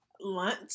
lunch